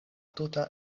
tuta